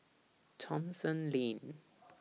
Thomson Lane